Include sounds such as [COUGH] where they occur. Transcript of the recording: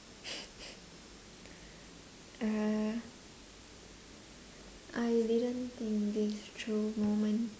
[BREATH] uh I didn't think this through moment